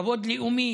כבוד לאומי.